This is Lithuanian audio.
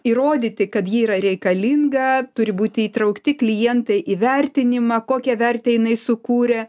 įrodyti kad ji yra reikalinga turi būti įtraukti klientai į vertinimą kokią vertę jinai sukūrė